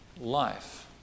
life